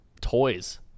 toys